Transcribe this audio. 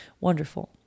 Wonderful